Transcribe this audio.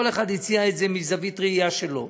כל אחד הציע את זה מזווית ראייה שלו,